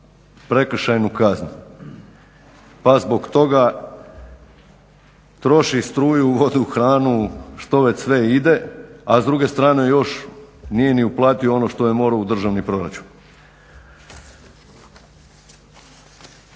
prekršajnu kaznu pa zbog toga troši struju, vodu, hranu sve što ide a s druge strane još nije uplatio ono što je morao u državni proračun.